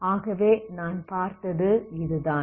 ஆகவே நாம் பார்த்தது இதுதான்